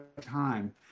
time